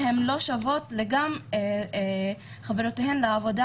והן לא שוות גם לחברותיהן לעבודה,